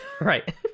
Right